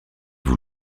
vous